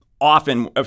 often